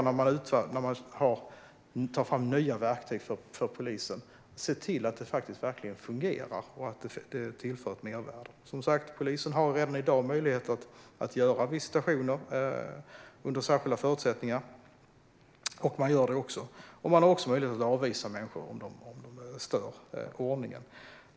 När man tar fram nya verktyg för polisen måste man, tycker jag, se till att de verkligen fungerar och tillför ett mervärde. Som sagt: Polisen har redan i dag möjligheter att göra visitationer under särskilda förutsättningar, och man gör det också. Man har också möjlighet att avvisa människor om de stör ordningen.